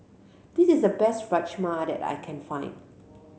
this is the best Rajma that I can find